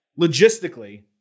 logistically